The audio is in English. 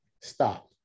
stop